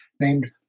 named